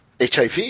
HIV